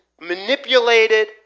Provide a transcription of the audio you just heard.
manipulated